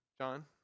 John